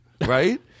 Right